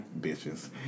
Bitches